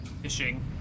fishing